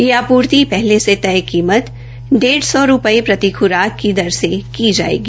यह आपूर्ति पहले से कीमत डेढ़ सौ रूपये प्रति ख्राक की दर से की जायेगी